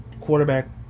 quarterback